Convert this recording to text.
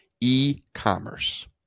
e-commerce